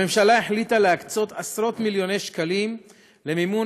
הממשלה החליטה להקצות עשרות מיליוני שקלים למימון